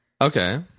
Okay